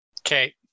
Okay